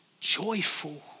joyful